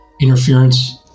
interference